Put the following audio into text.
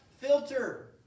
filter